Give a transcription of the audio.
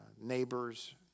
neighbors